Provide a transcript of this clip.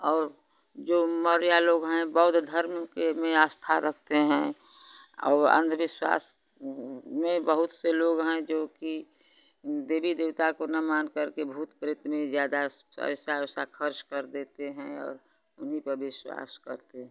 और जो माल्या लोग हैं बौद्ध धर्म के में आस्था रखते हैं और अंधविश्वास में बहुत से लोग हैं जोकि देवी देवता को न मानकर के भूत प्रेत में ज़्यादा पैसा वैसा खर्च कर देते हैं और उन्हीं पर विश्वास करते हैं